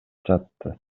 жатты